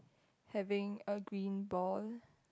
having a green ball